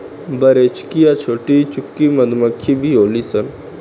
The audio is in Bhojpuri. बरेचुकी आ छोटीचुकी मधुमक्खी भी होली सन